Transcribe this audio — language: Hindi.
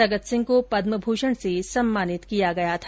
सगत सिंह को पदमभूषण से सम्मानित किया गया था